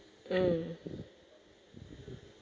um